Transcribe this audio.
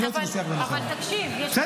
אבל תקשיב, יש עוד